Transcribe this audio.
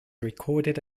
recorded